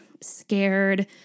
scared